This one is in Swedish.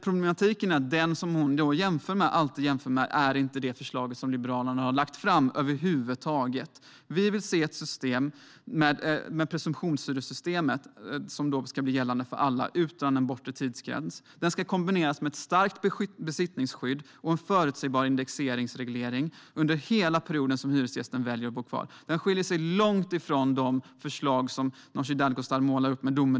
Problemet är att det som Nooshi Dadgostar alltid jämför med inte alls är det förslag som Liberalerna har lagt fram. Vi vill se ett presumtionshyressystem som ska gälla alla utan en bortre tidsgräns. Det ska kombineras med ett starkt besittningsskydd och en förutsägbar indexreglering under hela perioden hyresgästen väljer att bo kvar. Detta skiljer sig avsevärt från de domedagsförslag som Nooshi Dadgostar målar upp.